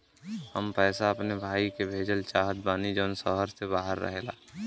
हम पैसा अपने भाई के भेजल चाहत बानी जौन शहर से बाहर रहेलन